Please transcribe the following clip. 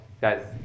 Guys